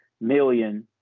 million